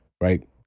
right